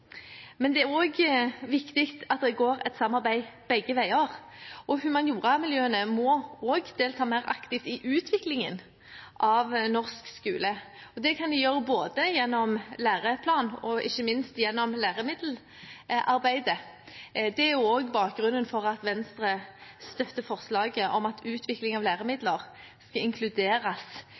Men det er også viktig at det er samarbeid begge veier. Humanioramiljøene må også delta mer aktivt i utviklingen av norsk skole, og det kan de gjøre både gjennom læreplanene og – ikke minst – gjennom læremiddelarbeidet. Det er bakgrunnen for at Venstre støtter forslaget om at utvikling av læremidler skal inkluderes